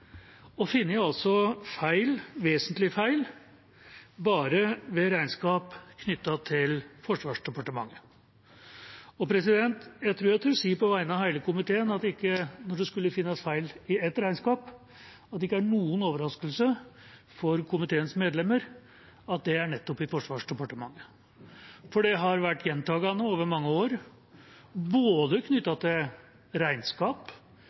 og altså funnet vesentlige feil bare i regnskap knyttet til Forsvarsdepartementet. Jeg tror jeg tør si på vegne av hele komiteen at det, når det skulle finnes feil i ett regnskap, ikke er noen overraskelse for komiteens medlemmer at det er nettopp i Forsvarsdepartementet, for det har vært gjentakende over mange år, knyttet både til regnskap